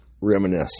reminisce